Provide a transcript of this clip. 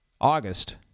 August